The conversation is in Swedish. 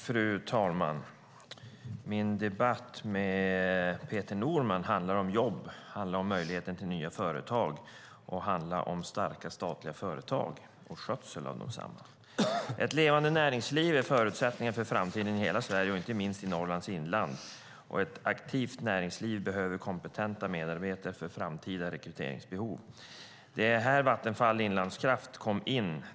Fru talman! Min debatt med Peter Norman handlar om jobb, om möjligheten till nya företag, om starka statliga företag och om skötseln av desamma. Ett levande näringsliv är en förutsättning för framtiden i hela Sverige och inte minst i Norrlands inland. Ett aktivt näringsliv behöver kompetenta medarbetare för framtida rekryteringsbehov. Det är här Vattenfall Inlandskraft kommer in.